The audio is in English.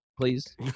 please